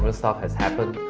and stuff has happened,